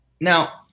Now